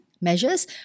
measures